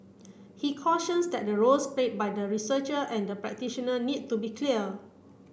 he cautions that the roles played by the researcher and the practitioner need to be clear